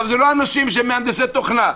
זה לא אנשים שהם מהנדסי תוכנה,